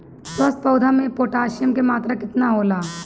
स्वस्थ पौधा मे पोटासियम कि मात्रा कितना होला?